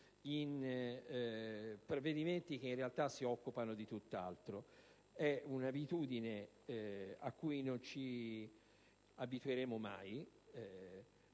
in provvedimenti che in realtà si occupano di tutt'altro. È un'abitudine alla quale non ci abitueremo mai